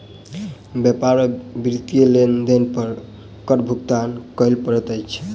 व्यापार में वित्तीय लेन देन पर कर भुगतान करअ पड़ैत अछि